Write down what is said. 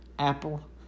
Apple